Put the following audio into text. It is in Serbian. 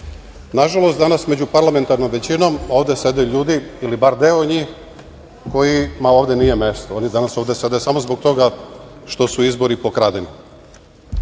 Nažalost, danas među parlamentarnom većinom ovde sede ljudi, ili bar deo njih, kojima ovde nije mesto. Oni danas ovde sede samo zbog toga što su izbori pokradeni. Prethodni